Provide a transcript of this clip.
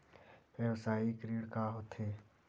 व्यवसायिक ऋण का होथे?